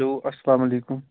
hello اسلام علیکُم